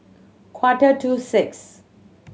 quarter to six